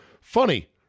Funny